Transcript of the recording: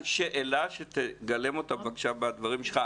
רק שאלה שתגלם אותה, בבקשה, בדברים שלך.